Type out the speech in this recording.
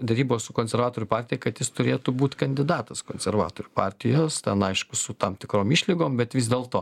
derybos su konservatorių partija kad jis turėtų būt kandidatas konservatorių partijos ten aišku su tam tikrom išlygom bet vis dėlto